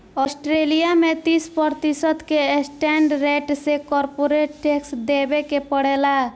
Australia में तीस प्रतिशत के स्टैंडर्ड रेट से कॉरपोरेट टैक्स देबे के पड़ेला